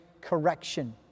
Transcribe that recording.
correction